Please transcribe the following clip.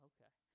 Okay